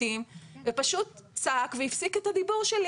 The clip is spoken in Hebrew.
אני בעד שלום.